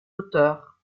auteurs